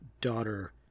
daughter